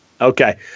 Okay